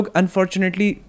unfortunately